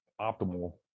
optimal